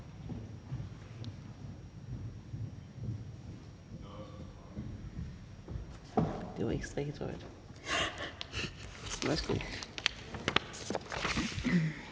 det her, ikke så meget